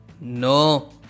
No